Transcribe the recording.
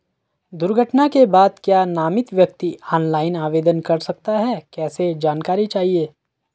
दुर्घटना के बाद क्या नामित व्यक्ति ऑनलाइन आवेदन कर सकता है कैसे जानकारी चाहिए?